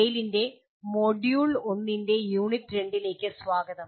ടെയിലിൻ്റെ module 1 ൻ്റെ unit 2 ലേക്ക് സ്വാഗതം